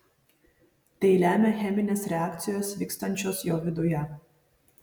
tai lemia cheminės reakcijos vykstančios jo viduje